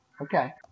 okay